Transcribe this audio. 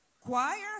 Choir